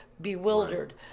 bewildered